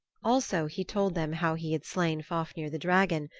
also he told them how he had slain fafnir the dragon,